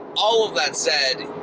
all of that said,